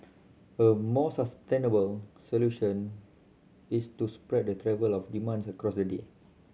a more sustainable solution is to spread the travel of demand across the day